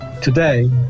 today